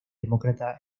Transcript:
demócrata